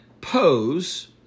pose